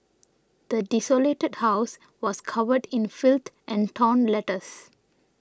the desolated house was covered in filth and torn letters